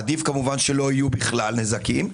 עדיף שלא יהיו בכלל נזקים,